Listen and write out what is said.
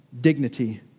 dignity